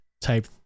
type